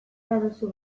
baduzu